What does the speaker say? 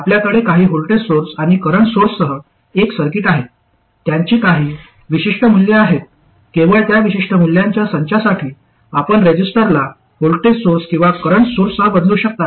आपल्याकडे काही voltage source आणि करंट सोर्ससह एक सर्किट आहे त्यांची काही विशिष्ट मूल्ये आहेत केवळ त्या विशिष्ट मूल्यांच्या संचासाठी आपण रेझिस्टरला व्होल्टेज सोर्स किंवा करंट सोर्ससह बदलू शकता